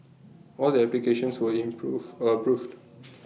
all the applications were improved approved